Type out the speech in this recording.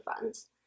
Funds